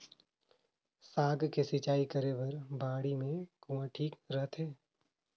साग के सिंचाई करे बर बाड़ी मे कुआँ ठीक रहथे?